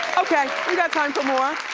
okay, we got time for more.